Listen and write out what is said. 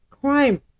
crime